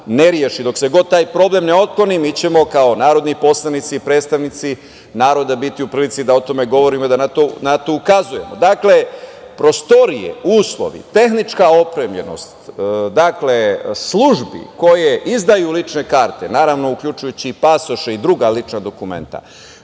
ne reši, dok se god taj problem ne otkloni, mi ćemo kao narodni poslanici, predstavnici naroda biti u prilici da o tome govorimo i na to ukazujemo. Dakle, prostorije, uslovi, tehnička opremljenost službi koje izdaju lične karte, naravno uključujući i pasoše i druga lična dokumenta,